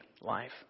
life